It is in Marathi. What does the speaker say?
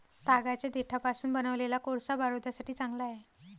तागाच्या देठापासून बनवलेला कोळसा बारूदासाठी चांगला आहे